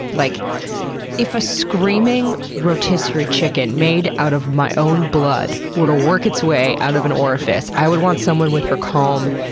like if a screaming rotisserie chicken made out of my own blood were to work its way out of an orifice, i would want someone with her calm,